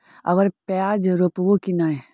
अबर प्याज रोप्बो की नय?